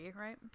right